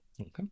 Okay